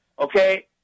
Okay